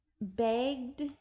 begged